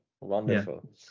Wonderful